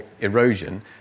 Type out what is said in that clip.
erosion